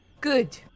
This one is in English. good